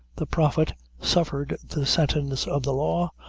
the prophet suffered the sentence of the law,